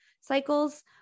cycles